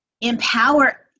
empower